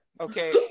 okay